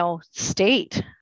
state